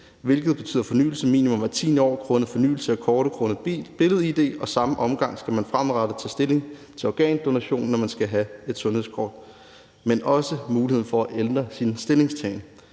hvilket betyder fornyelse minimum hvert tiende år grundet fornyelse af kortet på grund af billed-id, og i samme omgang skal man fremadrettet tage stilling til organdonation, når man skal have et sundhedskort, men man skal også have muligheden for at ændre sin stillingtagen.